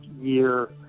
year